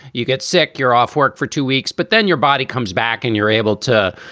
you get sick, you're off work for two weeks, but then your body comes back and you're able to,